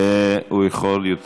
פעם אחת, פעם אחת הוא יכול לסכם.